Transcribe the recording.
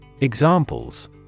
Examples